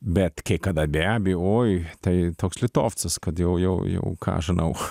bet kai kada be abejo oi tai toks litovcas kad jau jau jau ką aš žinau